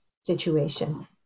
situation